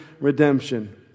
redemption